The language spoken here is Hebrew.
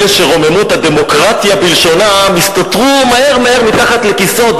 אלה שרוממות הדמוקרטיה בלשונם יסתתרו מהר מהר מתחת לכיסאות,